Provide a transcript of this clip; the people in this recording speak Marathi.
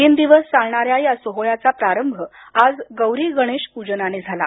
तीन दिवस चालणाऱ्या या सोहळ्याचा प्रारंभ आज गौरी गणेश पूजनाने झाला